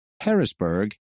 Harrisburg